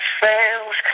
fails